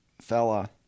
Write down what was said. fella